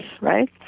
right